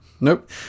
Nope